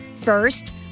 First